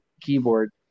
keyboard